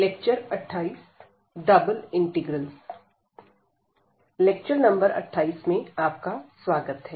lecture number 28 में आपका स्वागत है